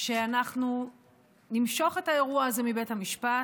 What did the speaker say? שאנחנו נמשוך את האירוע הזה מבית המשפט,